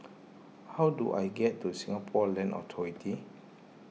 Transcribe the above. how do I get to Singapore Land Authority